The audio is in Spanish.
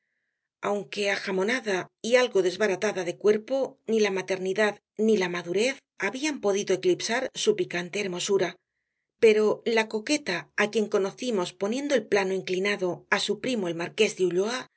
aunque ajamonada y algo desbaratada de cuerpo ni la maternidad ni la madurez habían podido eclipsar su picante hermosura pero la coqueta á quien conocimos poniendo el plano inclinado á su primo el marqués de ulloa